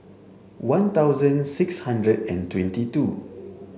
one thousand six hundred and twenty two